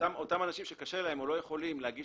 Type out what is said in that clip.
אותם אנשים שקשה להם או לא יכולים להגיש